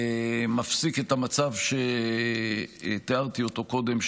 מפסיק את המצב שתיארתי אותו קודם,